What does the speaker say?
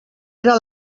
era